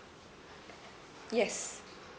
yes